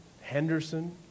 Henderson